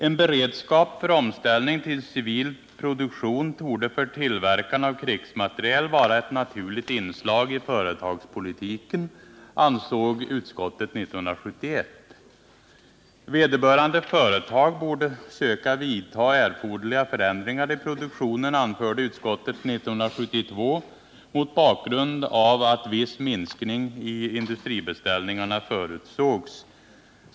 En beredskap för omställning till civil produktion torde för tillverkarna av krigsmateriel vara ett naturligt inslag i företagspolitiken, ansåg utskottet 1971. Vederbörande företag borde söka vidta erforderliga förändringar i produktionen, anförde utskottet 1972 mot bakgrund av att viss minskning i industribeställningarna förutsågs.